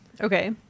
okay